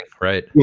right